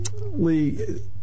Lee